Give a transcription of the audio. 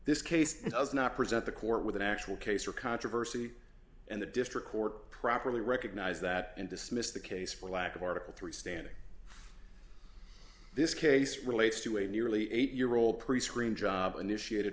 this case does not present the court with an actual case or controversy and the district court properly recognized that and dismissed the case for lack of article three standing this case relates to a nearly eight year old prescreen job initiated